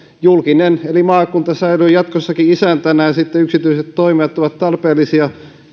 julkinen eli maakunta säilyy jatkossakin isäntänä ja sitten yksityiset toimijat ovat tarpeellisia